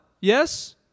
Yes